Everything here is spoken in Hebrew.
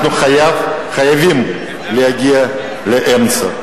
אנחנו חייבים להגיע לאמצע.